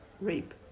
rape